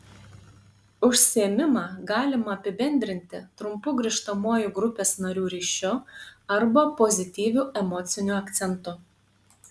užsiėmimą galima apibendrinti trumpu grįžtamuoju grupės narių ryšiu arba pozityviu emociniu akcentu